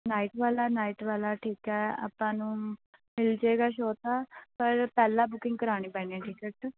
night ਵਾਲਾ night ਵਾਲਾ ਠੀਕ ਹੈ ਆਪਾਂ ਨੂੰ ਮਿਲ ਜਾਏਗਾ ਸ਼ੋ ਤਾਂ ਪਰ ਪਹਿਲਾਂ ਬੁਕਿੰਗ ਕਰਵਾਉਣੀ ਪੈਣੀ ਹੈ ਟਿਕਟ